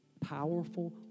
powerful